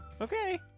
Okay